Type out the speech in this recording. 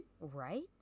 Right